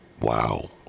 wow